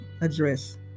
address